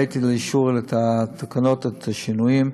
הבאתי לאישור את התקנות, את השינויים.